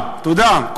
תודה רבה.